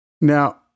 Now